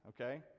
okay